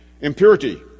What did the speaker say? Impurity